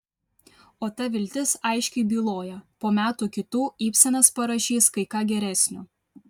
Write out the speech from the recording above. o ta viltis aiškiai byloja po metų kitų ibsenas parašys kai ką geresnio